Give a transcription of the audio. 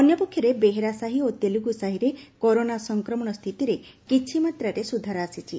ଅନ୍ୟପକ୍ଷରେ ବେହେରା ସାହି ଓ ତେଲୁଗୁ ସାହିରେ କରୋନା ସଂକ୍ରମଣ ସ୍ଥିତିରେ କିଛିମାତ୍ରାରେ ସୁଧାର ଆସିଛି